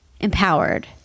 empowered